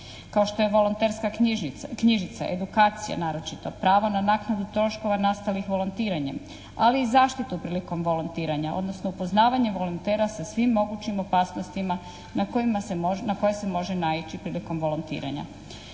Kao što je volonterska knjižica, edukacija naročito, pravo na naknadu troškova nastalih volontiranjem ali i zaštitu prilikom volontiranja odnosno upoznavanje volontera sa svim mogućim opasnostima na koja se može naići prilikom volontiranja.